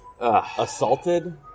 Assaulted